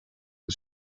the